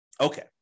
Okay